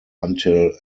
until